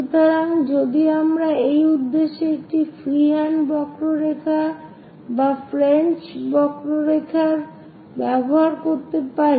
সুতরাং যদি আমরা এই উদ্দেশ্যে একটি ফ্রি হ্যান্ড বক্ররেখা বা ফ্রেঞ্চ বক্ররেখা ব্যবহার করতে পারি